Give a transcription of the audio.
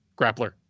grappler